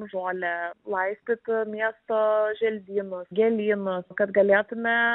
žolę laistyt miesto želdynus gėlynus kad galėtume